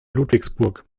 ludwigsburg